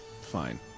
Fine